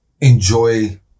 enjoy